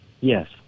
Yes